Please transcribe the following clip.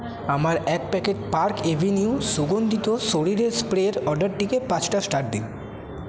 আমার এক packet Park Avenue সুগন্ধিত শরীরের স্প্রের অর্ডারটিকে পাঁচটা স্টার দিন